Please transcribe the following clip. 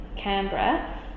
Canberra